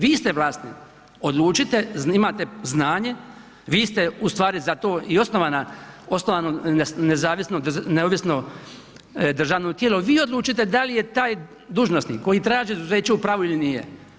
Vi ste vlasnik, odlučite, imate znanje, vi ste ustvari i osnovano neovisno državno tijelo, vi odlučite da li je taj dužnosnik koji traži izuzeće u pravu ili nije.